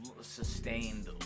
sustained